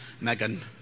Megan